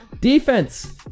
Defense